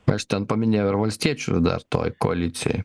aš ten paminėjau ir valstiečių dar toje koalicijoj